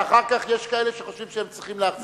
שאחר כך יש כאלה שחושבים שהם צריכים להחזיר להם.